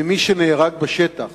ממי שנהרג בשטח.